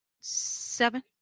Seven